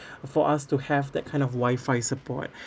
for us to have that kind of wifi support